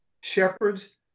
shepherds